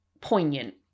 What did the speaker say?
poignant